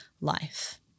life